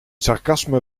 sarcasme